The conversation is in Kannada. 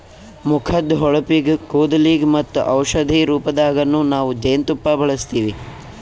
ಮುಖದ್ದ್ ಹೊಳಪಿಗ್, ಕೂದಲಿಗ್ ಮತ್ತ್ ಔಷಧಿ ರೂಪದಾಗನ್ನು ನಾವ್ ಜೇನ್ತುಪ್ಪ ಬಳಸ್ತೀವಿ